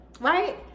right